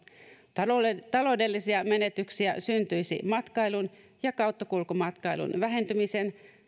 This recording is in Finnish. taloudellisia taloudellisia menetyksiä syntyisi matkailun ja kauttakulkumatkailun vähentymisen